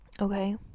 okay